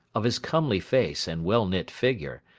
of his comely face and well-knit figure,